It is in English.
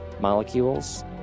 molecules